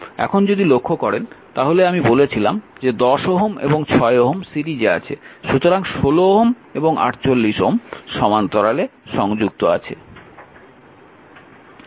এখন যদি লক্ষ্য করেন তাহলে আমি বলেছিলাম যে 10Ω এবং 6Ω সিরিজে আছে সুতরাং 16Ω এবং 48Ω সমান্তরালে সংযুক্ত আছে